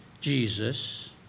Jesus